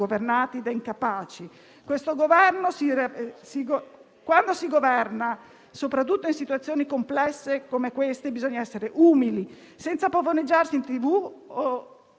governati da incapaci. Quando si governa, soprattutto in situazioni complesse come questa, bisogna essere umili, senza pavoneggiarsi in